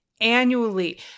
annually